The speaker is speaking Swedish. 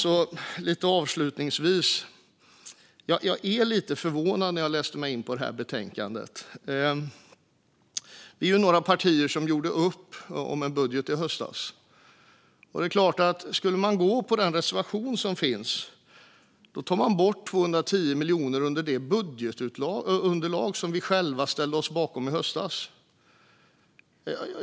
Jag vill avslutningsvis säga att jag blev lite förvånad när jag läste in mig på det här betänkandet. Vi är några partier som gjorde upp om en budget i höstas. Skulle man gå på den reservation som finns tar man bort 210 miljoner av det budgetunderlag som vi själva ställde oss bakom i höstas. Fru talman!